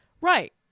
Right